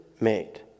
made